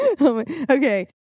Okay